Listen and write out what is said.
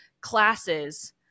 classes